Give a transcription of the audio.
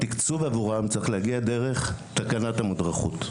התקצוב עבורם צריך להגיע דרך תקנת המודרכות.